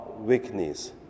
weakness